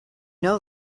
know